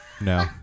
No